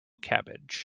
cabbage